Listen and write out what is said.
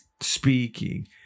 speaking